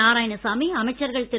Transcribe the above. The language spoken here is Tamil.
நாராயணசாமி அமைச்சர்கள் திரு